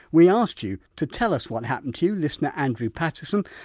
we asked you to tell us what happened to you. listener, andrew paterson,